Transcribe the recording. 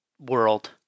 world